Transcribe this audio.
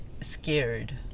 scared